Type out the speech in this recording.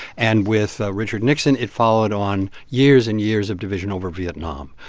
and with richard nixon, it followed on years and years of division over vietnam.